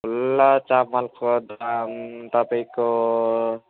खुल्ला चामलको दाम तपाईँको